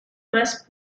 más